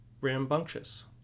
Rambunctious